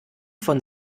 von